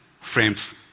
frames